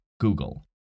Google